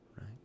right